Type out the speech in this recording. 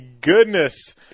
goodness